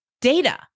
data